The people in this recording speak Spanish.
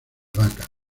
vaca